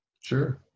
Sure